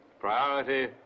Priority